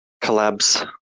collabs